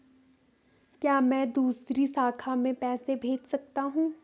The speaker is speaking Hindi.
क्या मैं दूसरी शाखा में पैसे भेज सकता हूँ?